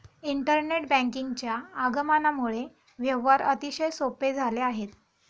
internet बँकिंगच्या आगमनामुळे व्यवहार अतिशय सोपे झाले आहेत